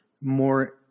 more